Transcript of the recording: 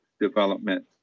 development